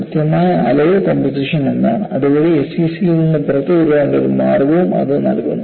കൃത്യമായ alloy composition എന്താണ് അതുവഴി എസ്സിസിയിൽ നിന്ന് പുറത്തുവരാനുള്ള ഒരു മാർഗ്ഗവും ഇത് നൽകുന്നു